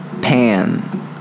Pan